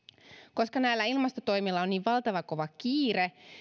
koska näillä ilmastotoimilla on niin valtavan kova kiire